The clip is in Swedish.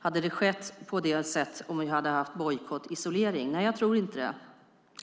Hade detta skett om vi hade haft bojkott och isolering? Nej, jag tror inte det.